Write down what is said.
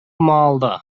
маалда